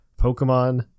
Pokemon